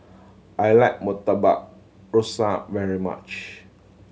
I like Murtabak Rusa very much